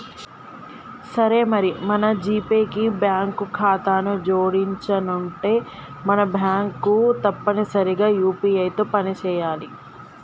సరే మరి మన జీపే కి బ్యాంకు ఖాతాను జోడించనుంటే మన బ్యాంకు తప్పనిసరిగా యూ.పీ.ఐ తో పని చేయాలి